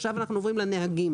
עכשיו אנחנו עוברים לנהגים,